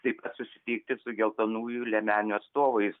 taip pat susitikti su geltonųjų liemenių atstovais